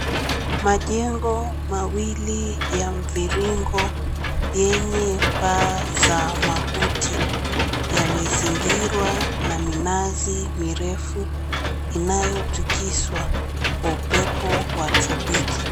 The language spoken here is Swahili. Majengo mawili ya mviringo yenye paa za makuti, yamezingira na minazi mirefu inayotikizwa kwa upepo wa tropiki .